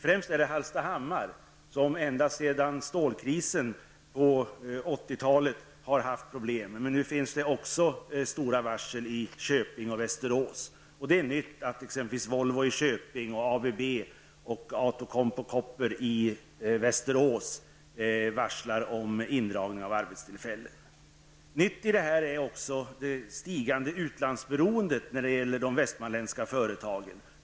Främst är det Hallstahammar som ända sedan stålkrisen på 1980-talet har haft problem. Men nu sker även stora varsel i Köping och Västerås. Det är nytt att t.ex. Volvo i Köping samt ABB och Autokumpu Copper i Västerås varslar om indragning av arbetstillfällen. Nytt i detta är också det ökade utlandsberoendet när det gäller de västmanländska företagen.